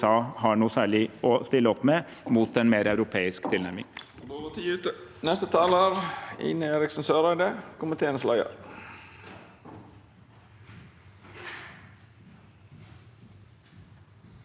har noe særlig å stille opp med mot en mer europeisk tilnærming.